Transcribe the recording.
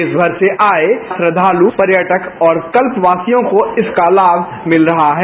देश भर से आये श्रद्वाल पर्यटक और कल्पवासियों को इसका लाम मिल रहा है